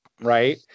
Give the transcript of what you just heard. right